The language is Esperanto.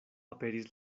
aperis